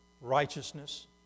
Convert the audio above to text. righteousness